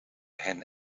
hen